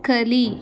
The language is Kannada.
ಕಲಿ